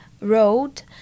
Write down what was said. road